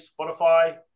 Spotify